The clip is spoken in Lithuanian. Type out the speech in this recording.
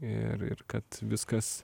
ir ir kad viskas